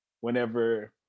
whenever